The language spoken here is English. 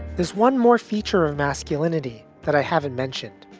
there's one more feature of masculinity that i haven't mentioned.